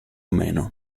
meno